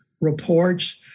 reports